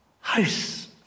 house